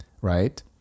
Right